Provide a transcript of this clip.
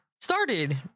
started